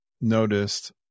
noticed